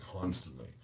constantly